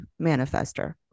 manifestor